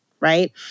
Right